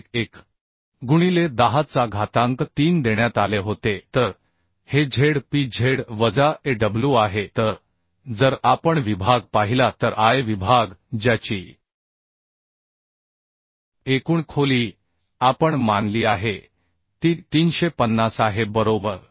11गुणिले 10चा घातांक 3 देण्यात आले होते तर हेZpZ वजा Aw आहे तर जर आपण विभाग पाहिला तर I विभाग ज्याची एकूण खोली आपण मानली आहे ती 350 आहे बरोबर